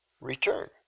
return